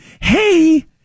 hey